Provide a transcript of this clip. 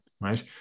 right